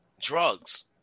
drugs